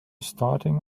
starting